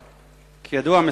כידוע,